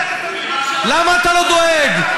למה אתה לא דואג?